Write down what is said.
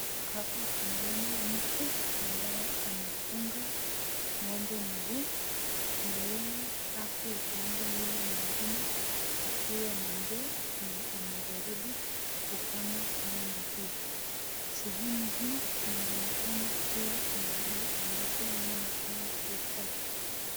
Hapa tunaona mtu ambaye amefunga ng'ombe mguu, na yeye ako upande ule upande mwingine ,akiwa na ndoo, na anajaribu kukama ng'ombe hii. Sehemu hii inaonekana kuwa mahali ambapo ng'ombe hawa hukaa.